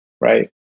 right